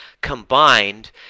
combined